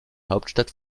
hauptstadt